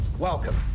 Welcome